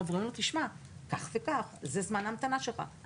ואומרים לו: זמן ההמתנה שלך הוא כך וכך.